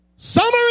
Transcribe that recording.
Summary